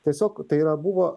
tiesiog tai yra buvo